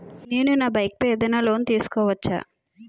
నేను నా బైక్ పై ఏదైనా లోన్ తీసుకోవచ్చా?